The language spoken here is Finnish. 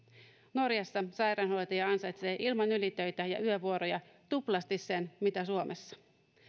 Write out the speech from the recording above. norjassa sairaanhoitaja ansaitsee ilman ylitöitä ja yövuoroja tuplasti sen mitä suomessa